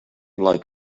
like